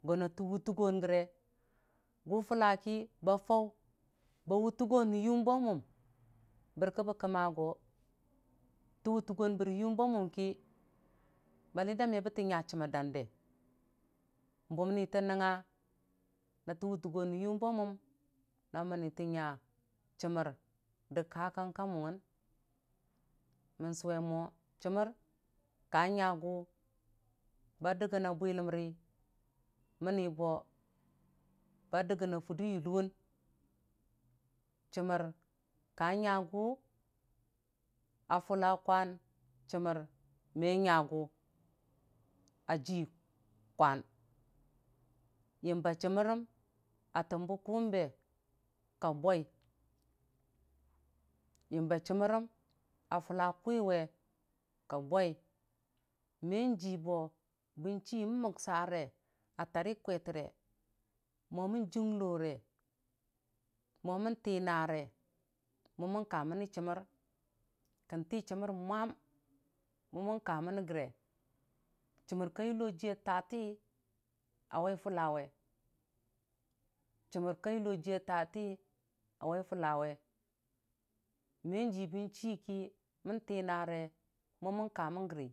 go na tə wʊ tugən gəre gʊfʊlla ki ba fau ba wʊtʊgon də yʊm ba mʊ bərki bə kəmma go tə wʊtə gonbe rə yʊmba mʊm ki baliida me bə tə nya chəmmər dənde bʊmitə nəngnga natə wʊtəgon də yʊmba mʊm na mənni tə nya chəmmər də ka kang ka mʊwʊng mən sʊwe ma chəmmər ka nyagʊ bu dəkgənn a bwiləmri mənni bo dəkgənna furdə yilowʊn chəmmər ka nyəgu, a fʊlla kwan chəmmər me nyagu, a jii kwan yəmba chəmmərəm a təm bə kʊwʊm be ka bwai yəmba chəmmər əm a fʊlla kʊwiwe ka bwai mən jii bo bən chi n'məksare a tari kwetəre, mo mən jənglo re, me mən tiinare, mo mən kammin chəmmər kən te chəmmər mwam, mo mən kamanni gəre chəmmər ka yullo jiiya taati a wai fʊlla we chəmmər ka yʊlo jiiya taati a wai fʊla we mənjii bən chiki mən tiinare.